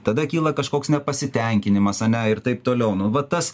tada kyla kažkoks nepasitenkinimas ar ne ir taip toliau nu va tas